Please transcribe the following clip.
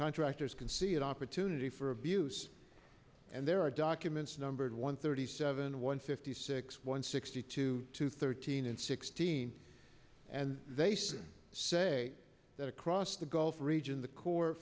contractors can see it opportunity for abuse and there are documents numbered one thirty seven one fifty six one sixty two two thirteen and sixteen and they still say that across the gulf region the cor